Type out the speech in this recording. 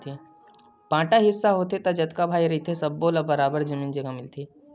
बांटा हिस्सा होथे त जतका भाई रहिथे सब्बो ल बरोबर जमीन जघा मिलथे